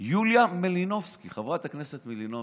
יוליה מלינובסקי, חברת הכנסת מלינובסקי,